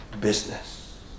business